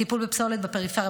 טיפול בפסולת בפריפריה,